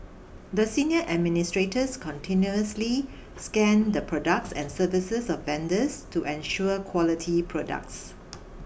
the senior administrators continuously scan the products and services of vendors to ensure quality products